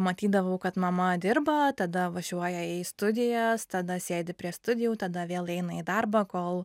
matydavau kad mama dirba tada važiuoja į studijas tada sėdi prie studijų tada vėl eina į darbą kol